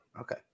Okay